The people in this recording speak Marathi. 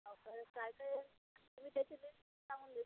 आपलं हे काय काय आहे मी त्याची लिस सांगून दे